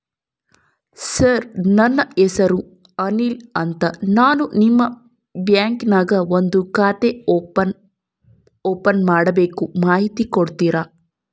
Sir ನನ್ನ ಹೆಸರು ಅನಿಲ್ ಅಂತ ನಾನು ನಿಮ್ಮ ಬ್ಯಾಂಕಿನ್ಯಾಗ ಒಂದು ಉಳಿತಾಯ ಖಾತೆ ಓಪನ್ ಮಾಡಬೇಕು ಮಾಹಿತಿ ಕೊಡ್ತೇರಾ?